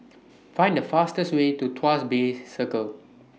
Find The fastest Way to Tuas Bay Circle